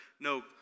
no